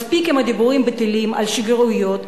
מספיק עם דיבורים בטלים על שגרירויות.